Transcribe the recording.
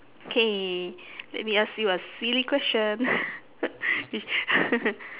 okay let me ask you a silly question